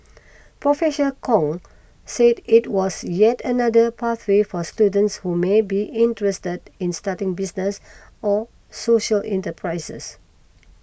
Professor Kong said it was yet another pathway for students who may be interested in starting businesses or social enterprises